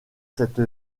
cette